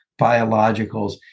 biologicals